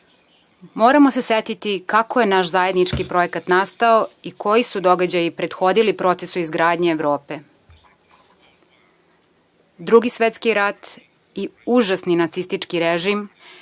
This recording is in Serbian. moramo se setiti kako je naš zajednički projekat nastao i koji su događaji prethodili procesu izgradnje Evrope. Drugi svetski rat i užasni nacistički režim,